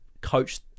coach